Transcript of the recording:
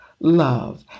love